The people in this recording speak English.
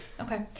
Okay